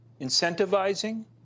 incentivizing